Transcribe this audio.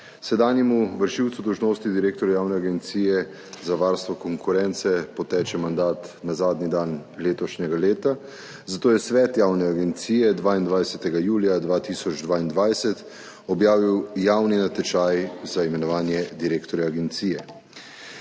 Sedanjemu vršilcu dolžnosti direktorja Javne agencije za varstvo konkurence poteče mandat na zadnji dan letošnjega leta, zato je svet javne agencije 22. julija 2022 objavil javni natečaj za imenovanje direktorja agencije.